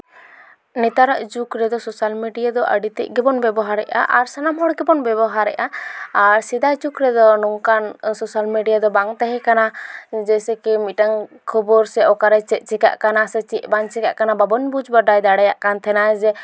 ᱱᱮᱛᱟᱨᱟᱜ ᱡᱩᱜᱽ ᱨᱮᱫᱚ ᱥᱳᱥᱟᱞ ᱢᱤᱰᱤᱭᱟ ᱫᱚ ᱟᱹᱰᱤᱛᱮᱫ ᱜᱮᱵᱚᱱ ᱵᱮᱵᱚᱦᱟᱨᱮᱫᱼᱟ ᱟᱨ ᱥᱟᱱᱟᱢ ᱦᱚᱲ ᱜᱮᱵᱚᱱ ᱵᱮᱵᱚᱦᱟᱨᱮᱫᱟ ᱟᱨ ᱥᱮᱫᱟᱭ ᱡᱩᱜᱽ ᱨᱮᱫᱚ ᱱᱚᱝᱠᱟᱱ ᱥᱳᱥᱟᱞ ᱢᱤᱰᱤᱭᱟ ᱫᱚ ᱵᱟᱝ ᱛᱟᱦᱮᱠᱟᱱᱟ ᱡᱮᱭᱥᱮ ᱠᱤ ᱢᱤᱫᱴᱟᱝ ᱠᱷᱚᱵᱚᱨ ᱥᱮ ᱚᱠᱟᱨᱮ ᱪᱮᱫ ᱪᱤᱠᱟᱹᱜ ᱠᱟᱱᱟ ᱥᱮ ᱪᱮᱫ ᱵᱟᱝ ᱪᱤᱠᱟᱹᱜ ᱠᱟᱱᱟ ᱵᱟᱵᱚᱱ ᱵᱩᱡ ᱵᱟᱰᱟᱭ ᱫᱟᱲᱮᱭᱟᱜ ᱠᱟᱱ ᱛᱟᱦᱮᱱᱟ ᱡᱮ